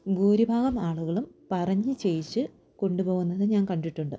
ഭൂരിഭാഗം ആളുകളും പറഞ്ഞ് ചെയ്യിച്ച് കൊണ്ടുപോകുന്നത് ഞാൻ കണ്ടിട്ടുണ്ട്